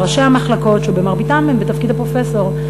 שראשי המחלקות מרביתם הם בתפקיד הפרופסור.